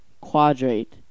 quadrate